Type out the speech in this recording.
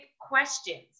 questions